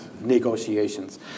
negotiations